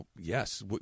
yes